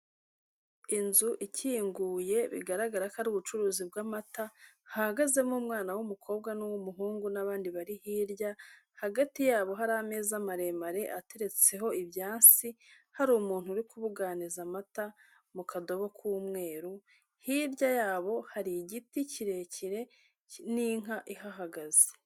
Inzu ikinguye bigaragara ko ari ubucuruzi bw'amata, hahagazemo umwana w'umukobwa n'uw'umuhungu n'abandi bari hirya, hagati yabo hari ameza maremare atetseho ibyasi, hari umuntu uri kubuganiza amata mu kadobo k'umweru, hirya yabo hari igiti kirekire n'inka ihahagaze.